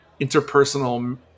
interpersonal